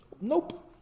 Nope